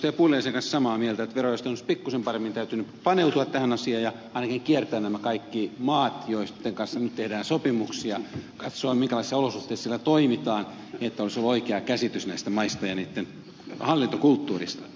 pulliaisen kanssa samaa mieltä että verojaoston olisi pikkuisen paremmin pitänyt paneutua tähän asiaan ja ainakin kiertää nämä kaikki maat joitten kanssa nyt tehdään sopimuksia katsoa minkälaisissa olosuhteissa siellä toimitaan että olisi ollut oikea käsitys näistä maista ja niitten hallintokulttuureista